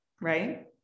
right